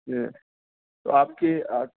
یہ تو آپ کے آٹ